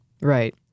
Right